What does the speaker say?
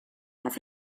have